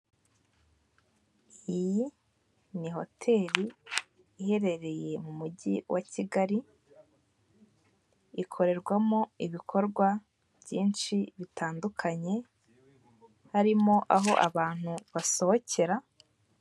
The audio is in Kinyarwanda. Iyi ni hoteri iherereye mu mujyi wa kigali ikorerwamo ibikorwa byinshi bitandukanye harimo aho abantu basohokera.